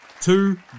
Two